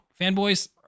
Fanboys